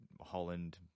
Holland